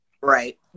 Right